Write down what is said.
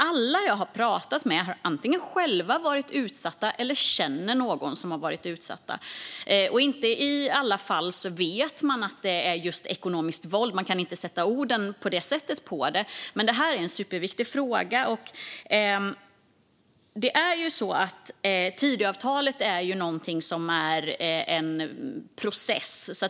Alla jag pratat med har själva varit utsatta eller känner någon som varit utsatt. Det är inte i alla fall man vet att det är just ekonomiskt våld. Man kan inte sätta ord på det på det sättet. Men det här är en superviktig fråga. Det är ju så att Tidöavtalet är en process.